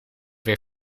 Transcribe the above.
weer